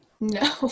no